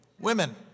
women